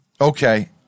Okay